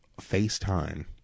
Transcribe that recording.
FaceTime